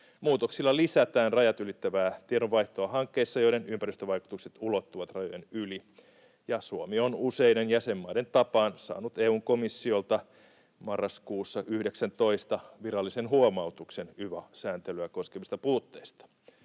Muutoksilla lisätään rajat ylittävää tiedonvaihtoa hankkeissa, joiden ympäristövaikutukset ulottuvat rajojen yli. Ja Suomi on useiden jäsenmaiden tapaan saanut EU:n komissiolta marraskuussa 19 virallisen huomautuksen yva-sääntelyä koskevista puutteista.